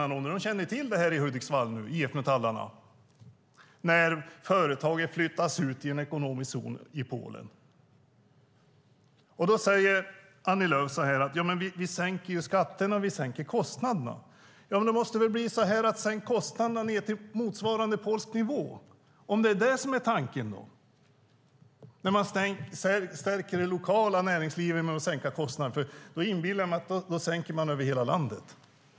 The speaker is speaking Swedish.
IF-metallarna i Hudiksvall känner till detta och hur det blir när företagen flyttas ut i en ekonomisk zon i Polen. Annie Lööf säger: Vi sänker skatterna, och vi sänker kostnaderna. Men sänk då kostnaderna ned till motsvarande polsk nivå, om det är det som är tanken! Om man stärker det lokala näringslivet med att sänka kostnaden inbillar jag mig att man sänker över hela landet.